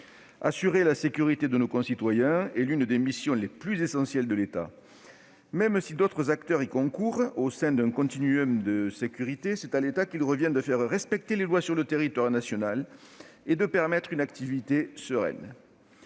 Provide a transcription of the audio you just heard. Assurer la sécurité de nos concitoyens est l'une des missions les plus essentielles de l'État. Même si d'autres acteurs y concourent au sein d'un « continuum de sécurité », c'est à l'État qu'il revient de faire respecter les lois sur le territoire national et de permettre une activité sereine.